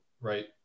right